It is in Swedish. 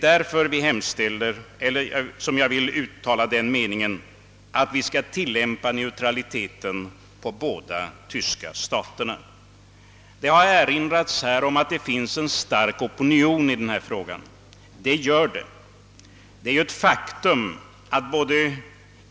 Därför vill jag uttala den meningen att vi skall tillämpa neutralitet på båda de tyska staterna. Här har sagts att det finns en stark opinion i denna fråga. Det är riktigt.